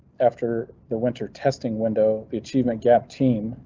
after the winter testing window, the achievement gap team,